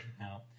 No